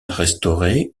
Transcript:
restaurée